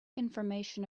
information